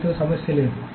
దీనితో సమస్య లేదు